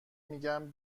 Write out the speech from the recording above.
میگم